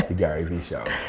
the garyvee show.